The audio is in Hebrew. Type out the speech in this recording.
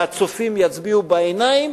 והצופים יצביעו בעיניים,